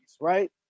right